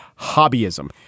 hobbyism